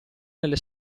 nelle